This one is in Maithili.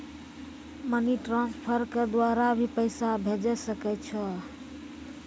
मनी ट्रांसफर के द्वारा भी पैसा भेजै सकै छौ?